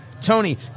TONY